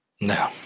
No